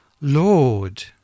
Lord